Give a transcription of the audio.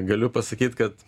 galiu pasakyt kad